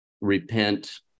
repent